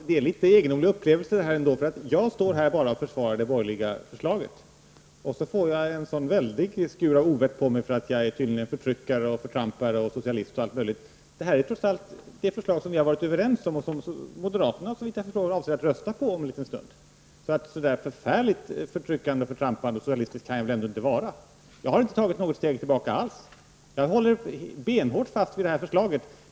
Herr talman! Det känns egendomligt att jag står här och försvarar det borgerliga förslaget och får en skur av ovett mot mig för att jag tydligen är både förtryckare och förtrampare, socialist och allt möjligt annat. Det är trots allt det förslag som vi har varit överens om och som moderaterna, såvitt jag förstår, kommer att rösta för om en stund. Så förfärligt förtryckande, förtrampande och socialistisk kan jag väl ändå inte vara. Jag har inte tagit något steg tillbaka alls. Jag håller benhårt fast vid vårt förslag.